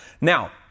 Now